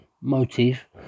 motif